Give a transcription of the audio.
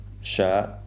shirt